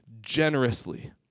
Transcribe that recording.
generously